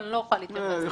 אבל לא אוכל להתייחס.